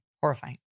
horrifying